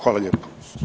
Hvala lijepa.